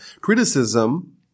Criticism